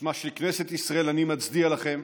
בשמה של כנסת ישראל אני מצדיע לכם.